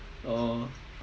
oh